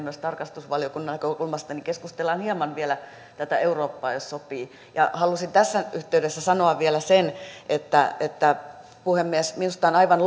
myös tarkastusvaliokunnan näkökulmasta eli keskustellaan hieman vielä tätä eurooppaa jos sopii halusin tässä yhteydessä sanoa vielä sen puhemies että minusta on aivan